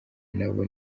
nabo